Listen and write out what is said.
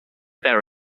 their